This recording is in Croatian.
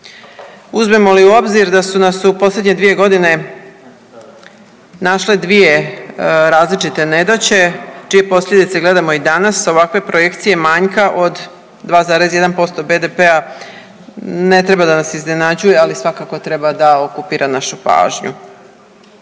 Uzmemo li u obzir da su nas u posljednje 2 godine našle 2 različite nedaće čije posljedice gledamo i danas ovakve projekcije manjka od 2,1% BDP-a ne treba da nas iznenađuje ali svakako treba da okupira našu pažnju.